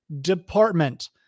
department